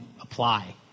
apply